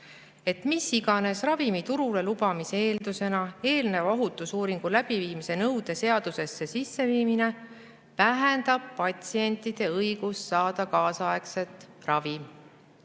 et mis iganes ravimi turule lubamise eeldusena eelnõu ohutusuuringu läbiviimise nõude seadusesse sisseviimine vähendab patsientide õigust saada kaasaegset ravi.